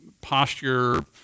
posture